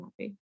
happy